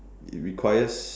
it requires